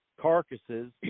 carcasses